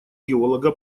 геолога